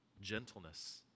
gentleness